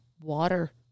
water